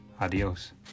adios